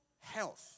health